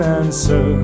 answer